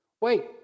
Wait